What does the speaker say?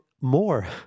more